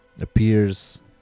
appears